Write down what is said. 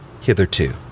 hitherto